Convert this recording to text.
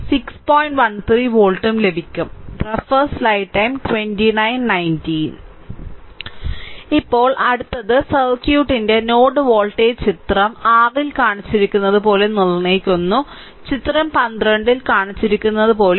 13 വോൾട്ടും ലഭിക്കും ഇപ്പോൾ അടുത്തത് സർക്യൂട്ടിന്റെ നോഡ് വോൾട്ടേജ് ചിത്രം r ൽ കാണിച്ചിരിക്കുന്നതുപോലെ നിർണ്ണയിക്കുന്നു ചിത്രം 12 ൽ കാണിച്ചിരിക്കുന്നതുപോലെ 3